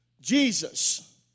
Jesus